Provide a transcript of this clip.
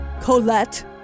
Colette